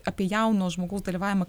apie jauno žmogaus dalyvavimą